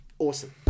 Awesome